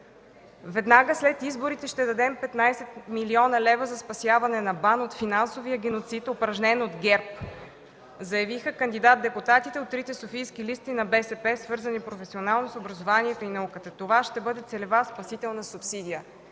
„Веднага след изборите ще дадем 15 млн. лв. за спасяване на БАН от финансовия геноцид, упражнен от ГЕРБ” – заявиха кандидат-депутатите от трите софийски листи на БСП, свързани професионално с образованието и науката. Това ще бъде целева спасителна субсидия.